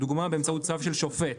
לדוגמה באמצעות צו של שופט.